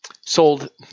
sold